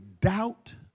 doubt